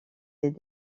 des